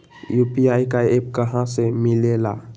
UPI का app कहा से मिलेला?